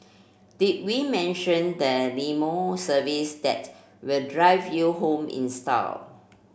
did we mention the limo service that will drive you home in style